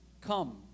come